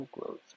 growth